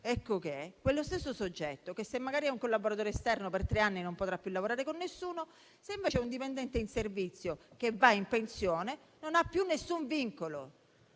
strana! Quello stesso soggetto che, se magari è un collaboratore esterno, per tre anni non potrà più lavorare con nessuno, se invece è un dipendente in servizio che va in pensione, non avrà più alcun vincolo.